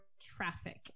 traffic